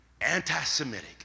anti-Semitic